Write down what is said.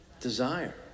Desire